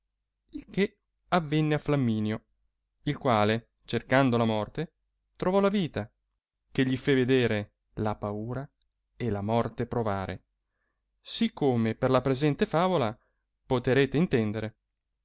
il che avenne a flamminio il quale cercando la morte trovò la vita che gli fé vedere la paura e la morte provare sì come per la presente favola poterete intendere